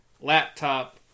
laptop